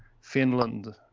Finland